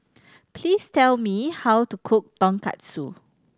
please tell me how to cook Tonkatsu